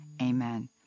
Amen